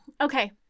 okay